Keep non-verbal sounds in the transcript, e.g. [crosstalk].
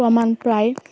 [unintelligible]